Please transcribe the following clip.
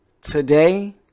today